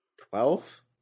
twelve